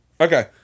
Okay